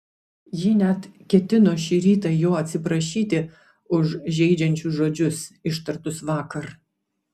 ji net ketino šį rytą jo atsiprašyti už žeidžiančius žodžius ištartus vakar